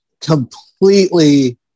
completely